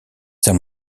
their